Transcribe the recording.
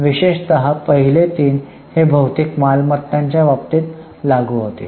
विशेषतः पहिले तीन हे बहुतेक मालमत्ताच्याबाबत लागू होते